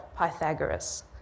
Pythagoras